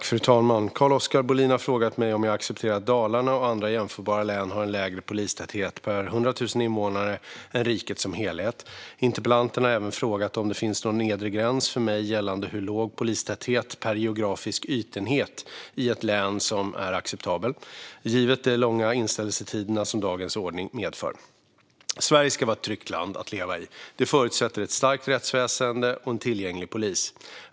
Fru talman! Carl-Oskar Bohlin har frågat mig om jag accepterar att Dalarna och andra jämförbara län har en lägre polistäthet per 100 000 invånare än riket som helhet. Interpellanten har även frågat om det finns någon nedre gräns för mig gällande hur låg polistäthet per geografisk ytenhet som är acceptabel i ett län, givet de långa inställelsetider som dagens ordning medför. Sverige ska vara ett tryggt land att leva i. Det förutsätter ett starkt rättsväsen och en tillgänglig polis.